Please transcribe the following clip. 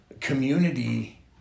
community